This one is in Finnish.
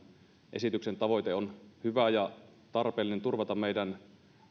esityksen tavoite on hyvä ja tarpeellinen turvata meidän